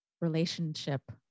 relationship